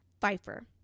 Pfeiffer